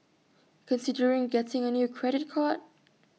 considering getting A new credit card